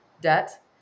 debt